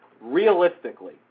Realistically